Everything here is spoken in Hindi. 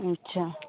अच्छा